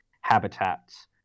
habitats